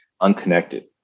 unconnected